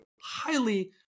highly